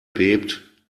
bebt